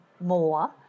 more